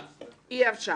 אי אפשר שזה יקרה.